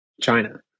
China